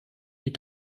die